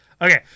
Okay